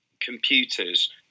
computers